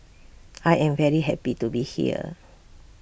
I am very happy to be here